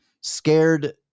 scared